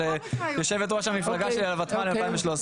יושבת-ראש המפלגה שלי על הוותמ"ל ב-2013.